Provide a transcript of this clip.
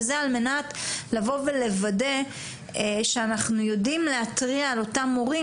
וזה על מנת לבוא ולוודא שאנחנו יודעים להתריע על אותם מורים,